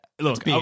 Look